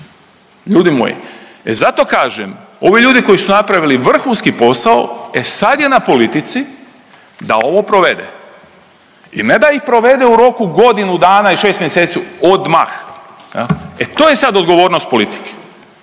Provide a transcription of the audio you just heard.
Ljudi moji, e zato kažem ovi ljudi koji su napravili vrhunski posao e sad je na politici da ovo provede. I ne da ih provede u roku godinu dana i 6 mjeseci odmah. E to je sad odgovornost politike.